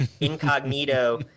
incognito